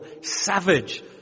savage